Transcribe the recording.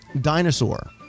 Dinosaur